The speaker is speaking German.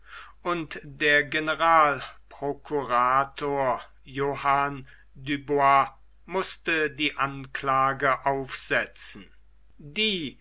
und der generalprokurator johann du bois mußte die anklage aufsetzen die